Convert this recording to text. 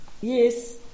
Yes